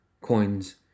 coins